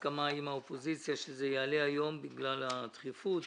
הסכמה עם האופוזיציה שהן יעלו היום בגלל הדחיפות.